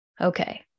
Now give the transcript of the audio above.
Okay